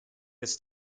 this